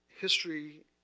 history